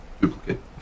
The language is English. duplicate